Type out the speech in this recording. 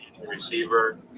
receiver